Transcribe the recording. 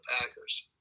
Packers